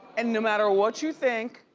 and no matter what you think,